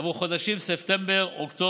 עבור חודשים ספטמבר-אוקטובר,